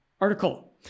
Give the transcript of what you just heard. article